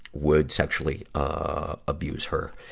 would sexually, ah, abuse her.